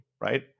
right